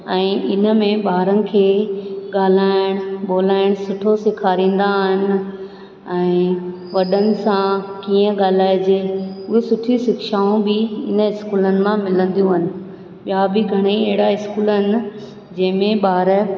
ऐं इन में ॿारनि खे ॻाल्हाइणु ॿोल्हाइणु सुठो सेखारींदा आहिनि ऐं वॾनि सां कीअं ॻाल्हाइजे सुठियूं शिक्षाऊं बि इन्हनि स्कूलनि मां मिलंदियूं आहिनि ॿिया बि घणेई अहिड़ा स्कूल आहिनि जंहिं में ॿार